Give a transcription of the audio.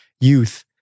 youth